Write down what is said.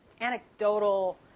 anecdotal